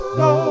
no